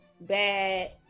bad